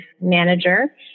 manager